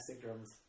drums